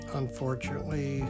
unfortunately